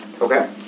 Okay